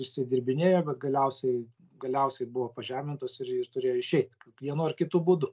išsidirbinėjo bet galiausiai galiausiai buvo pažemintos ir ir turėjo išeit vienu ar kitu būdu